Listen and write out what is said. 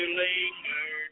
linger